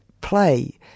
play